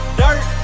dirt